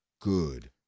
good